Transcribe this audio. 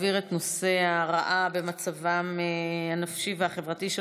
להעביר את נושא: הרעה במצבם הנפשי והחברתי של